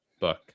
book